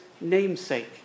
namesake